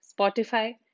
Spotify